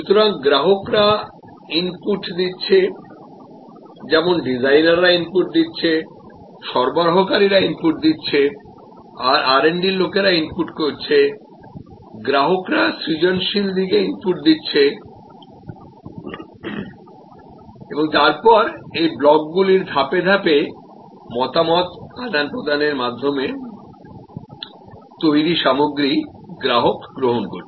সুতরাং গ্রাহকরা ইনপুট দিচ্ছে যেমন ডিজাইনাররা ইনপুট দিচ্ছে সরবরাহকারীরা ইনপুট দিচ্ছে আর R D লোকেরা ইনপুট দিচ্ছে গ্রাহকরা সৃজনশীল দিকে ইনপুট দিচ্ছে এবং তারপর এই ব্লকগুলির ধাপে ধাপে মতামত আদান প্রদানেরমাধ্যমে তৈরী সামগ্রীগ্রাহক গ্রহণ করছে